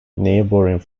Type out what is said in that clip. neighbouring